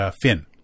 fin